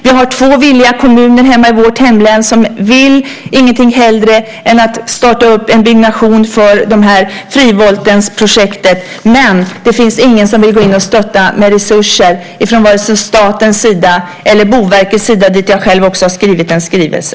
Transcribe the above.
Vi har två villiga kommuner i vårt hemlän som inget hellre vill än att starta en byggnation för Frivoltenprojektet. Men det finns ingen som vill gå in och stötta med resurser från statens eller Boverkets sida. Till Boverket har jag också skickat en skrivelse.